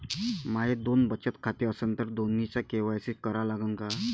माये दोन बचत खाते असन तर दोन्हीचा के.वाय.सी करा लागन का?